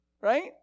right